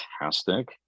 fantastic